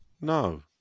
No